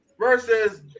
versus